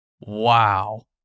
wow